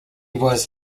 was